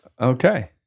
Okay